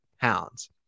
pounds